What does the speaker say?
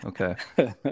Okay